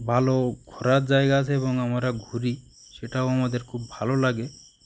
ভালো ঘোরার জায়গা আছে এবং আমারা ঘুরি সেটাও আমাদের খুব ভালো লাগে